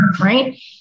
right